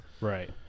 right